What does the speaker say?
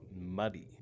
muddy